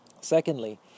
Secondly